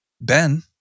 Ben